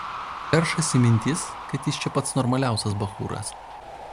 peršasi mintis kad jis čia pats normaliausias bachūras